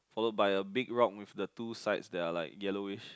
follow by a big rock with the two size that are like yellowish